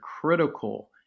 critical